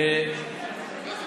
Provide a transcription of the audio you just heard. אמן ואמן.